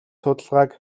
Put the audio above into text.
судалгааг